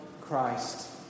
Christ